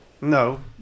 No